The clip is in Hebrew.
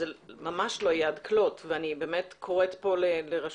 זה ממש לא יהיה עד כלות ואני באמת קוראת כאן לרשויות